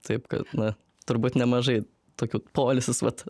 taip na turbūt nemažai tokių poilsis vat